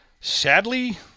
Sadly